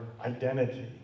identity